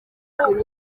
kuri